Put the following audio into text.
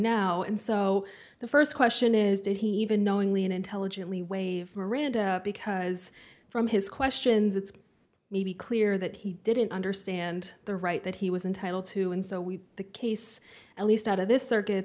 now and so the st question is did he even knowingly and intelligently waive miranda because from his questions it's maybe clear that he didn't understand the right that he was entitled to and so we the case at least out of this circuit